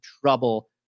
trouble